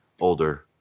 older –